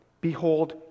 Behold